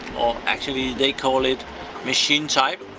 actually, they call it machine type.